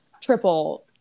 triple